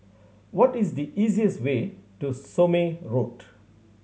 what is the easiest way to Somme Road